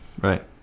Right